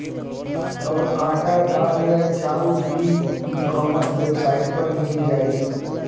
अब आटा, दाल या चाउर भी ई कॉमर्स वेबसाइट पर मिल जाइ